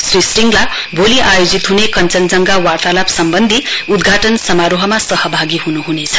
श्री स्रिङला भोलि आयोजित हुने कञ्चनजंघा वार्तालाप सम्बन्धी उद्घाटन समारोहमा सहभागी हुनुहुनेछ